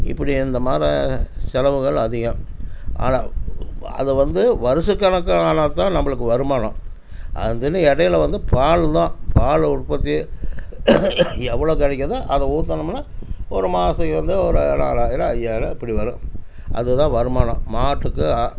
இப்படி இந்த மாரி செலவுகள் அதிகம் அதை வந்து வருடக்கணக்கா ஆனாத்தான் நம்மளுக்கு வருமானம் அதுக்குன்னு இடையில வந்து பால் தான் பால் உற்பத்தி எவ்வளோ கிடைக்குதோ அதை ஊற்றுனோம்னா ஒரு மாதத்துக்கு வந்து ஒரு நாலாயிரம் ஐயாயிரம் இப்படி வரும் அது தான் வருமானம் மாட்டுக்கு